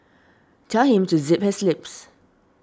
tell him to zip his lips